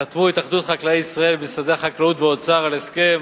חתמו התאחדות חקלאי ישראל ומשרדי החקלאות והאוצר על הסכם,